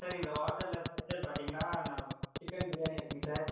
sir இந்த ஹோட்டலில் special பார்த்திங்கனா நான் சிக்கன் பிரியாணி இருக்குங்க சார்